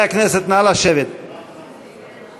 אני יורד